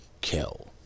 kill